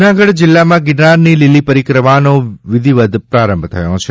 જૂનાગઢ જિલ્લામાં ગિરનારની લીલી પરિક્રમાનો વિધિવત પ્રારંભ થયો છે